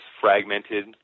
Fragmented